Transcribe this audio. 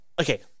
Okay